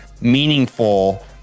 meaningful